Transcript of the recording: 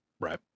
Right